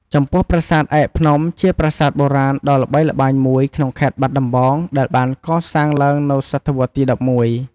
ចំពោះប្រាសាទឯកភ្នំ ជាប្រាសាទបុរាណដ៏ល្បីល្បាញមួយក្នុងខេត្តបាត់ដំបងដែលបានកសាងឡើងនៅសតវត្សរ៍ទី១១។